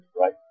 right